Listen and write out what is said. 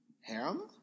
Harem